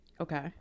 Okay